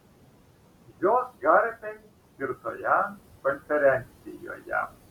jos garbei skirtoje konferencijoje